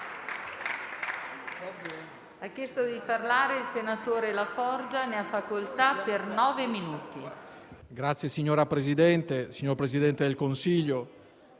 Signora Presidente, signor Presidente del Consiglio,